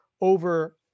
over